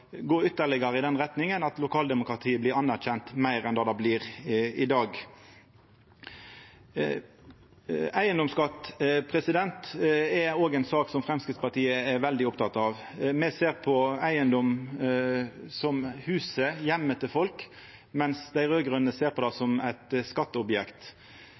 at lokaldemokratiet vil bli meir anerkjent enn det er i dag. Eigedomsskatt er òg ei sak Framstegspartiet er veldig oppteke av. Me ser på eigedom som huset, heimen til folk – medan dei raud-grøne ser på han som eit skatteobjekt.